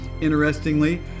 Interestingly